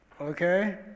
okay